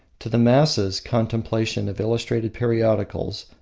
to the masses, contemplation of illustrated periodicals,